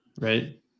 right